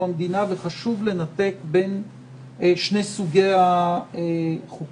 המדינה וחשוב לנתק בין שני סוגי החוקים.